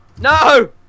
No